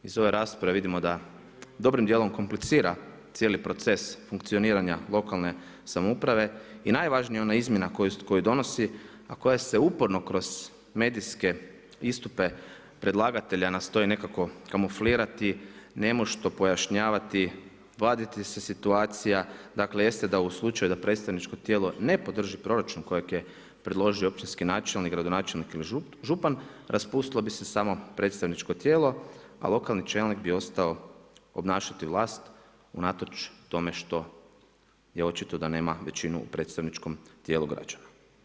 Iz ove rasprave vidimo da dobrim dijelom komplicira cijeli proces funkcioniranja lokalne samouprave i najvažnija ona izmjena koju donosi, a koja se uporno kroz medijske istupe predlagatelja nastoji nekako kamuflirati nemušto pojašnjavati, vaditi se situacija, dakle jeste da u slučaju da predstavničko tijelo ne podrži proračun kojeg je predložio općinski načelnik, gradonačelnik ili župan raspustilo bi se samo predstavničko tijelo, a lokalni čelnik bi ostao obnašati vlast unatoč tome što je očito da nema većinu u predstavničkom tijelu građana.